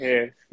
Yes